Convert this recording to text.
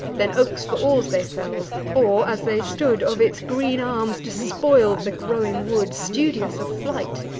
then oaks for oars they fell'd or, as they stood, of its green arms despoil'd the growing wood, studious of flight.